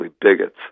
bigots